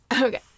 Okay